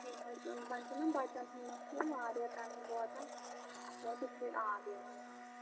نہَ حظ وۅنۍ چھُ نا بَچن ہُنٛد مَسلے واریاہ ٹایم ووت اَتھ ووت یِتھُے آب یِوان